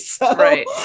Right